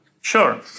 Sure